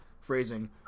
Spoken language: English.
phrasing